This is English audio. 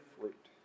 fruit